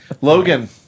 Logan